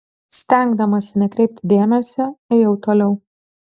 stengdamasi nekreipti dėmesio ėjau toliau